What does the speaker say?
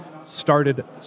started